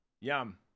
yum